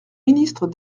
ministre